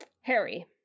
harry